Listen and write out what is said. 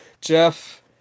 Jeff